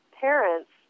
parents